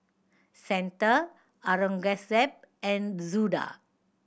Santha Aurangzeb and Suda